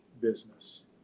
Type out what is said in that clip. business